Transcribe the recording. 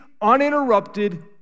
uninterrupted